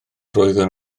roeddwn